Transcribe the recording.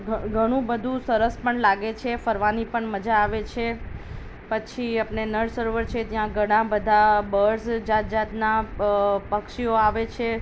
ઘ ઘણું બધુ સરસ પણ લાગે છે ફરવાની પણ મજા આવે છે પછી આપણે નળ સરોવર છે ત્યાં ઘણા બધા બર્ડ્સ જાત જાતના પક્ષીઓ આવે છે